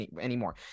anymore